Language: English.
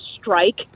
strike